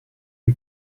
del